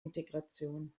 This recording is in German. integration